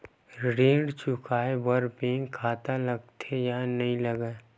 ऋण चुकाए बार बैंक खाता लगथे या नहीं लगाए?